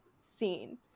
scene